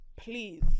please